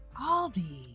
Aldi